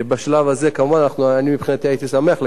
בשלב הזה, כמובן, אני מבחינתי הייתי שמח לכך,